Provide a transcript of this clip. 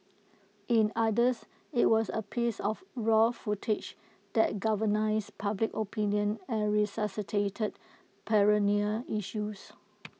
in others IT was A piece of raw footage that galvanised public opinion and resuscitated perennial issues